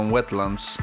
Wetlands